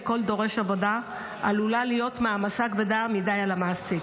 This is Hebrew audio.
כל דורש עבודה עלולה להיות מעמסה כבדה מדי על המעסיק.